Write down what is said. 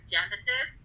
Genesis